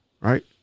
right